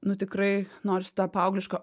nu tikrai noris tą paaugliško